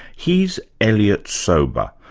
he's elliot sober,